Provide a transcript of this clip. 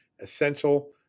essential